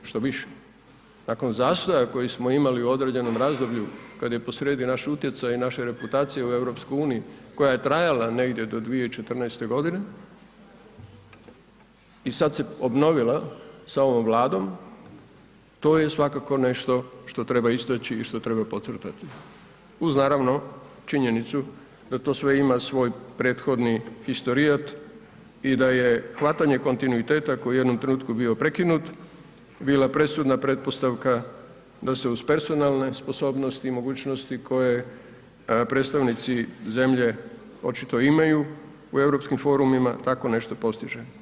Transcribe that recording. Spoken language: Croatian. Štoviše, nakon zastoja koji smo imali u određenom razdoblju kada je posrijedi naš utjecaj i naša reputacija u EU koja je trajala negdje do 2014. godine i sada se obnovila sa ovom Vladom, to je svakako nešto što treba istači i što treba pocrtati, uz naravno činjenicu da to sve ima svoj prethodni, historiat i da je hvatanje kontinuiteta koji je u jednom trenutku bio prekinut bila presudna pretpostavka da se uz personalne sposobnosti i mogućnosti koje predstavnici zemlje očito imaju u europskim forumima tako nešto postiže.